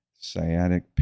sciatic